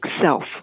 self